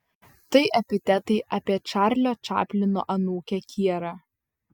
tai epitetai apie čarlio čaplino anūkę kierą